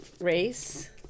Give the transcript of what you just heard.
Race